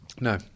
No